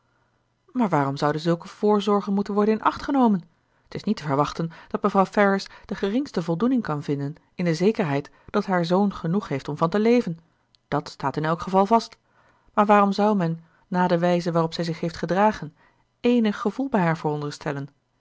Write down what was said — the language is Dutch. maar waarom zouden zulke voorzorgen moeten worden in acht genomen t is niet te verwachten dat mevrouw ferrars de geringste voldoening kan vinden in de zekerheid dat haar zoon genoeg heeft om van te leven dàt staat in elk geval vast maar waarom zou men na de wijze waarop zij zich heeft gedragen éénig gevoel bij haar veronderstellen